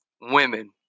women